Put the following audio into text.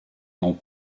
n’ont